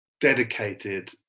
dedicated